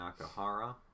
Nakahara